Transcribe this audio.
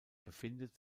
befindet